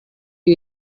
you